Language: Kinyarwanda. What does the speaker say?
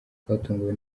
twatunguwe